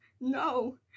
no